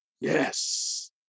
yes